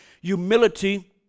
humility